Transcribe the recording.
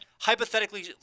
hypothetically